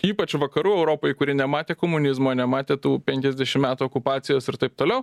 ypač vakarų europai kuri nematė komunizmo nematė tų penkiasdešim metų okupacijos ir taip toliau